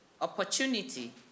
opportunity